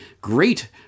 Great